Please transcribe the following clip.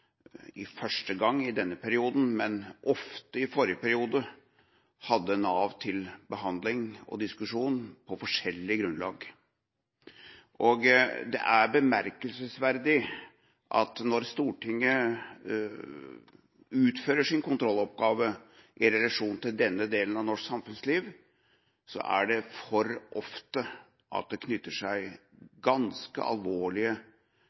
i kontroll- og konstitusjonskomiteen for første gang i denne perioden har, men ofte i forrige periode hadde, Nav til behandling og diskusjon på forskjellig grunnlag. Det er bemerkelsesverdig at når Stortinget utfører sin kontrolloppgave i relasjon til denne delen av norsk samfunnsliv, knytter det seg for ofte ganske alvorlige anmerkninger til Navs utøvelse av det